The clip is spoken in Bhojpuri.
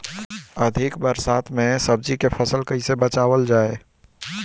अधिक बरसात में सब्जी के फसल कैसे बचावल जाय?